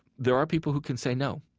there are people who can say no.